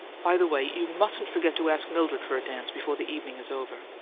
by the way, you mustn't forget to ask mildred for a dance before the evening is over.